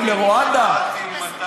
איפה כתוב בחוק "שחורים"?